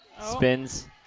Spins